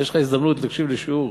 יש לך הזדמנות להקשיב לשיעור.